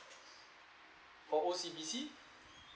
for O_C_B_C